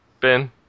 Ben